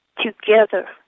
together